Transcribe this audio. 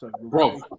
Bro